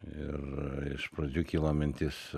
ir iš pradžių kilo mintis